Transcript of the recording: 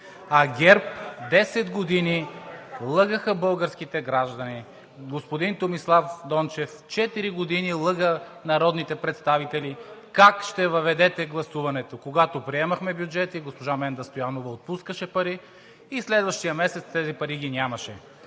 десет години лъгаха българските граждани; господин Томислав Дончев четири години лъга народните представители как ще въведете гласуването, когато приемахме бюджета; и госпожа Менда Стоянова отпускаше пари, а следващия месец тези пари ги нямаше!